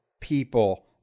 people